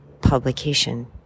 publication